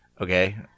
Okay